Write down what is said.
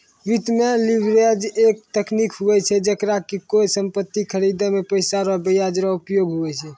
वित्त मे लीवरेज एक तकनीक हुवै छै जेकरा मे कोय सम्पति खरीदे मे पैसा रो ब्याज रो उपयोग हुवै छै